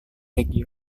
reggio